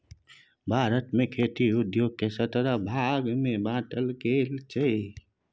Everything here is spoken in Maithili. भारत मे खेती उद्योग केँ सतरह भाग मे बाँटल गेल रहय